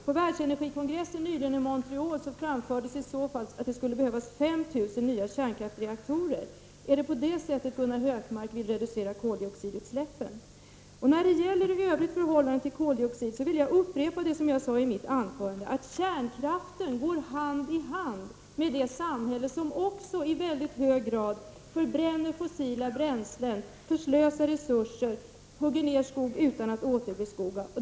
På världsenergikongressen i Montreal nyligen framfördes att det i så fall skulle behövas 5 000 nya kärnkraftsreaktorer. Är det på det sättet Gunnar Hökmark vill reducera koldioxidutsläppen? När det i övrigt gäller förhållandet till koldioxid vill jag upprepa det som jag sade i mitt anförande, dvs. att kärnkraften går hand i hand med det samhälle som också i mycket hög grad förbränner fossila bränslen, förslösar resurser och hugger ned skog utan att återbeskoga.